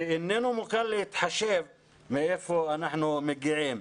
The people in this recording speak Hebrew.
ואיננו מוכן להתחשב מאיפה אנחנו מגיעים.